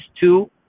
two